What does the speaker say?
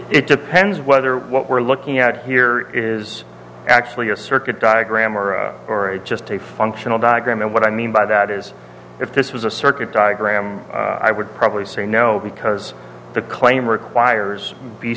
it depends whether what we're looking at here is actually a circuit diagram or or just take functional diagram and what i mean by that is if this was a circuit diagram i would probably say no because the claim requires b